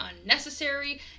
unnecessary